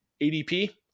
adp